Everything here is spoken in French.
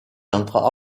entre